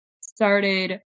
started